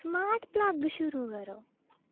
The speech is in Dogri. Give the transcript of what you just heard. स्मार्ट प्लग शुरू करो